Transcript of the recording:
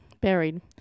buried